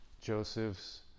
Joseph's